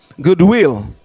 goodwill